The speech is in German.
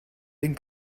den